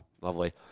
Lovely